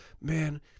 man